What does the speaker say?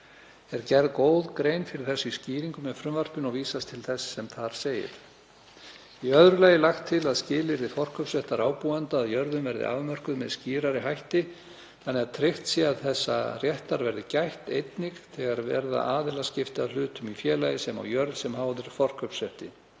Er gerð góð grein fyrir þessu í skýringum með frumvarpinu og vísast til þess sem þar segir. Í öðru lagi er lagt til að skilyrði forkaupsréttar ábúenda að jörðum verði afmörkuð með skýrari hætti þannig að tryggt sé að þessa réttar verði gætt, einnig þegar aðilaskipti verða að hlutum í félagi sem á jörð sem háð er forkaupsrétti.